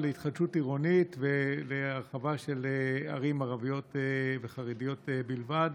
להתחדשות עירונית ולהרחבה של ערים ערביות וחרדיות בלבד,